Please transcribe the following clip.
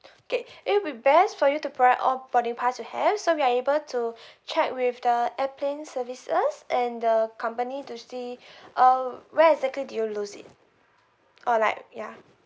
K it will be best for you to provide all boarding pass you have so we are able to check with the airplane services and the company to see um where exactly do you lose it or like ya